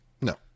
No